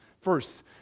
First